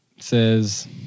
Says